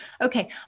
okay